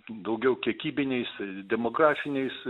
daugiau kiekybiniais demografiniais